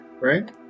right